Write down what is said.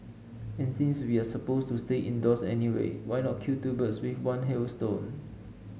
and since we're supposed to stay indoors anyway why not kill two birds with one hailstone